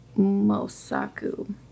Mosaku